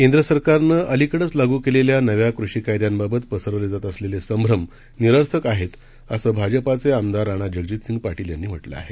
केंद्र सरकारन अलिकडेच लागू केलेल्या नव्या कृषी कायद्यांबाबत पसरवले जात असलेले संभ्रम निरर्थक आहेत असं भाजपाचे आमदार राणा जगजितसिंह पाटील यांनी म्हटलं आहे